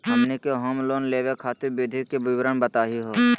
हमनी के home loan लेवे खातीर विधि के विवरण बताही हो?